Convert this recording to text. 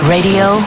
Radio